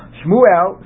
shmuel